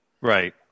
right